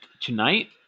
tonight